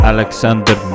Alexander